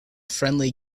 friendly